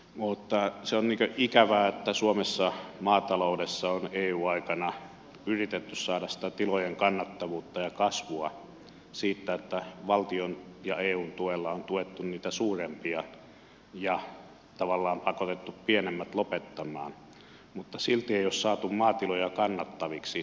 mutta se on ikävää että suomessa maataloudessa on eu aikana yritetty saada sitä tilojen kannattavuutta ja kasvua siitä että valtion ja eun tuella on tuettu niitä suurempia ja tavallaan pakotettu pienemmät lopettamaan mutta silti ei ole saatu maatiloja kannattaviksi